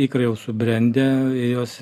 ikrai jau subrendę jos